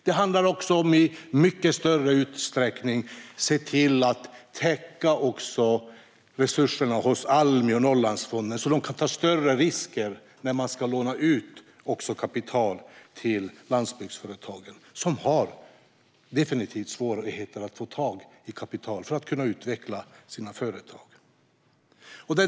Det handlar också om att i mycket större utsträckning täcka resurserna hos Almi och Norrlandsfonden, så att de kan ta större risker när de lånar ut kapital till landsbygdsföretagen, som har svårigheter att få tag i kapital för att kunna utvecklas.